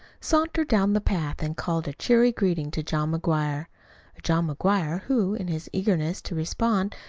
sauntered down the path and called a cheery greeting to john mcguire a john mcguire who, in his eagerness to respond,